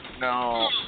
No